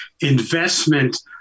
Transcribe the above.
investment